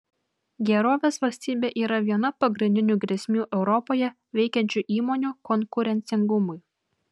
gerovės valstybė yra viena pagrindinių grėsmių europoje veikiančių įmonių konkurencingumui